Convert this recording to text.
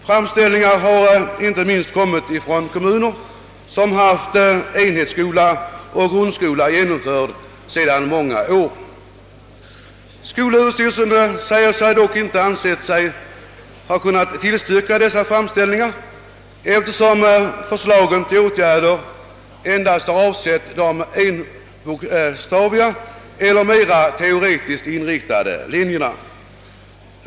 Framställningar har inte minst kommit från kommuner, som haft enhetsskola och grundskola genomförd sedan många år. Skolöverstyrelsen har dock inte ansett sig böra tillstyrka dessa framställningar, eftersom förslagen till åtgärder endast avsett de enbokstaviga eller mera teoretiskt inriktade linjerna.